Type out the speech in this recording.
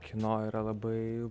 kino yra labai